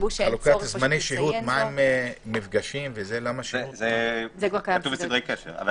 חשבו כדאי שיעקב יסביר.